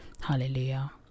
Hallelujah